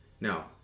Now